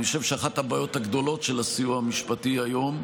אני חושב שאחת הבעיות הגדולות של הסיוע המשפטי היום,